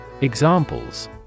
Examples